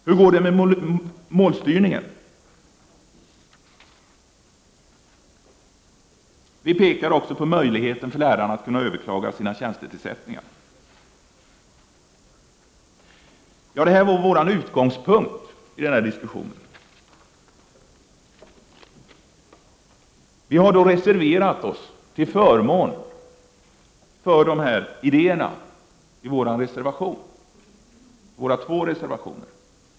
Hur går det med målstyrningen? Vi pekar också på möjligheten för lärarna att kunna överklaga sina tjänstetillsättningar. Detta var vår utgångspunkt i denna diskussion. Vi har reserverat oss till förmån för de här idéerna i våra två reservationer.